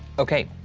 okay,